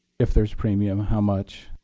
if there's premium, how much?